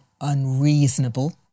unreasonable